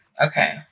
okay